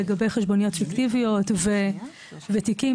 לגבי חשבוניות פיקטיביות ותיקים אחרים,